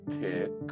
pick